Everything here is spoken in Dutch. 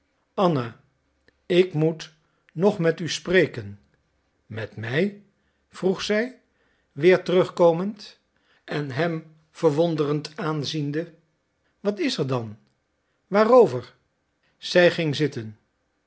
anna ik moet nog met u spreken met mij vroeg zij weer terugkomend en hem verwonderd aanziende wat is er dan waarover zij ging zitten